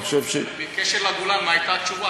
אני חושב, בקשר לגולן, מה הייתה התשובה?